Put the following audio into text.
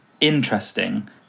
interesting